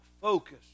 focus